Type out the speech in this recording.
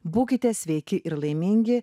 būkite sveiki ir laimingi